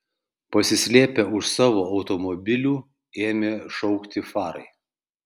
pasislėpę už savo automobilių ėmė šaukti farai